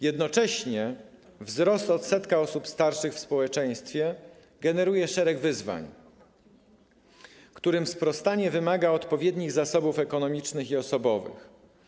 Jednocześnie wzrost odsetka osób starszych w społeczeństwie generuje szereg wyzwań, którym sprostanie wymaga odpowiednich zasobów ekonomicznych i osobowych.